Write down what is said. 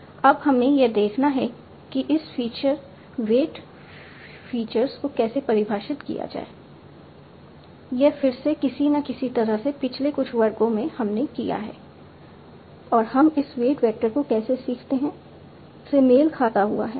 kअब हमें यह देखना है कि इस फ़ीचर वेट फीचर्स को कैसे परिभाषित किया जाए यह फिर से किसी न किसी तरह से पिछले कुछ वर्गों में हमने क्या किया है और हम इस वेट वेक्टर को कैसे सीखते हैं से मेल खाता हुआ है